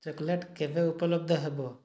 chocolate କେବେ ଉପଲବ୍ଧ ହେବ